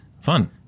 Fun